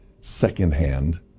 secondhand